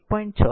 6 2